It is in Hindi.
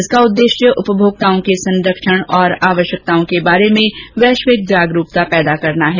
इसका उद्देश्य उपभोक्ताओं के संरक्षण और आवश्यकताओं के बारे में वैश्विक जागरूकता पैदा करना है